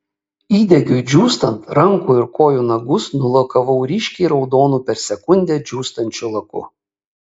įdegiui džiūstant rankų ir kojų nagus nulakavau ryškiai raudonu per sekundę džiūstančių laku